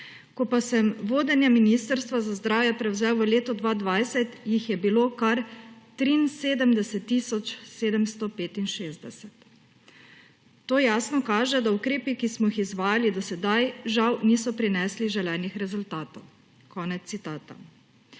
Ko pa sem vodenje ministrstva za zdravje prevzel v letu 2020, jih je bilo kar 73 tisoč 765. To jasno kaže, da ukrepi, ki smo jih izvajali do sedaj, žal niso prinesli želenih rezultatov.« Konec citata.